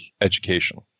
education